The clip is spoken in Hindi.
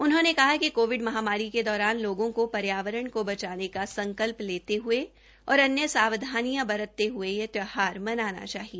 उन्होंने कहा कि कोविड महामारी के दौरान लोगों को पर्यावरण को बचाने का संकल्प लेते हये सावधानियां बरतते हये यह त्यौहार मनाना चाहिए